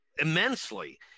immensely